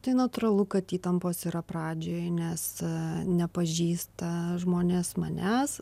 tai natūralu kad įtampos yra pradžioj nes nepažįsta žmonės manęs